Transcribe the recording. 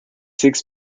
six